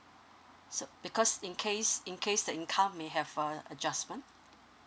so because in case in case the income may have a adjustment